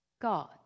God